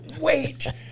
wait